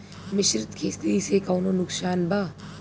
मिश्रित खेती से कौनो नुकसान बा?